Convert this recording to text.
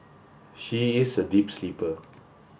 she is a deep sleeper